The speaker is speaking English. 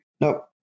nope